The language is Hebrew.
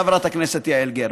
חברת הכנסת יעל גרמן.